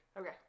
Okay